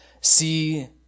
see